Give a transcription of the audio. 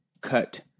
cut